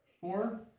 four